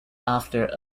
after